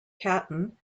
caton